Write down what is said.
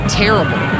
terrible